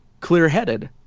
clear-headed